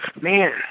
Man